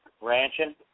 ranching